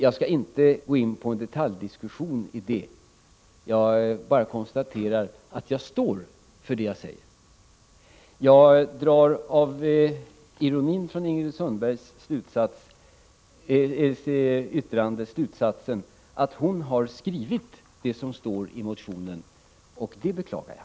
Jag skall inte gå in på en detaljdiskussion om det, utan jag konstaterar bara att jag står för det jag säger. Av ironin i Ingrid Sundbergs yttrande drar jag slutsatsen att hon har skrivit det som står i den moderata motionen, och det beklagar jag.